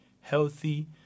healthy